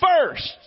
first